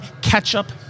ketchup